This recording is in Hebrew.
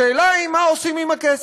השאלה היא מה עושים עם הכסף.